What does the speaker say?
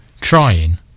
trying